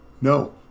No